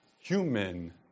human